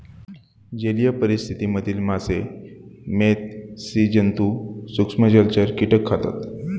जलीय परिस्थिति मधील मासे, मेध, स्सि जन्तु, सूक्ष्म जलचर, कीटक खातात